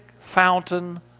fountain